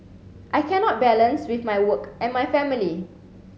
I cannot balance with my work and my family